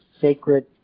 sacred